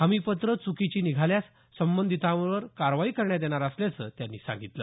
हमीपत्रं च्कीची निघाल्यास संबंधितांवर कारवाई करण्यात येणार असल्याचं त्यांनी सांगितलं